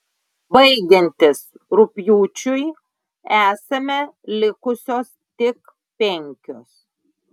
baigiantis rugpjūčiui esame likusios tik penkios